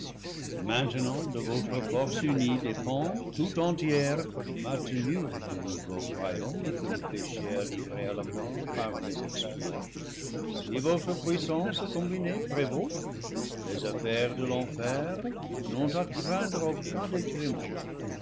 nant de votre force unie dépend tout entière ma tenure du nouveau royaume que le péché a livré à la mort par mes livre x exploits si votre puissance combinée prévaut les affaires de l'enfer n'ont à craindre aucun détriment